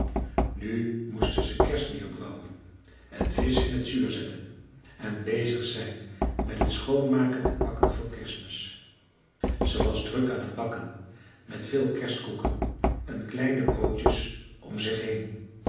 nu moesten ze kerstbier brouwen en visch in t zuur zetten en bezig zijn met het schoonmaken en bakken voor kerstmis ze was druk aan t bakken met veel kerstkoeken en kleine broodjes om zich heen